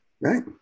right